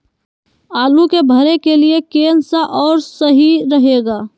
आलू के भरे के लिए केन सा और सही रहेगा?